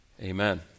Amen